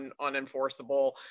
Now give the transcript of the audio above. unenforceable